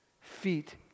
Feet